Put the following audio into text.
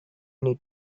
need